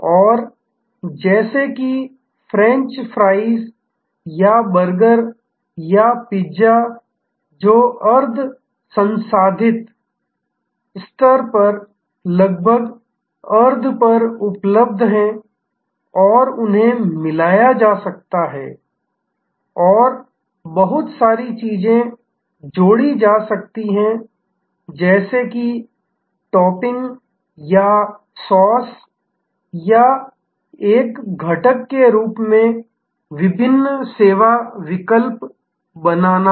और जैसे कि फ्रेंच फ्राइज़ या बर्गर या पिज्जा या जो अर्ध संसाधित स्तर पर लगभग अर्ध पर उपलब्ध हैं और उन्हें मिलाया जा सकता है और बहुत सारी चीज़ें जोड़ी जा सकती हैं जैसे टॉपिंग या सॉस या एक घटक के रूप में विभिन्न सेवा विकल्प बनाना